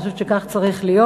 ואני חושבת שכך צריך להיות.